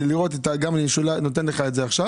אני נותן לך את זה עכשיו